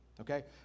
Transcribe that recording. Okay